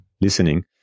listening